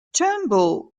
turnbull